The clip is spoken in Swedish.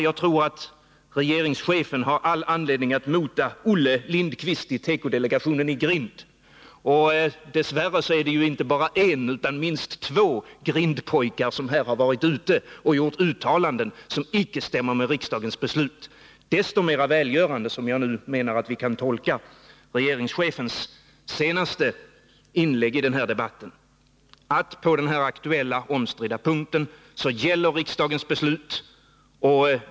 Jag tror att regeringschefen har all anledning att mota Olle Lindqvist i tekodelegationen i grind. Dess värre är det inte bara en utan minst två grindpojkar som varit ute och gjort uttalanden som icke stämmer med riksdagens beslut. Desto mer välgörande är det, menar jag, att vi kan tolka regeringschefens senaste inlägg i den här debatten så, att på den här aktuella omstridda punkten gäller riksdagens beslut.